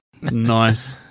nice